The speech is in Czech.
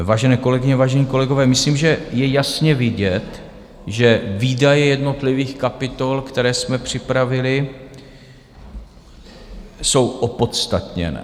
Vážené kolegyně, vážení kolegové, myslím, že je jasně vidět, že výdaje jednotlivých kapitol, které jsme připravili, jsou opodstatněné.